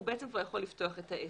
הוא יכול לפתוח את העסק.